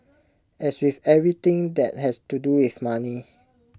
as with everything that has to do with money